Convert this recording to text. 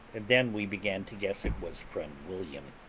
then we began to guess it was friend william,